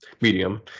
medium